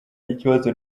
ikibazo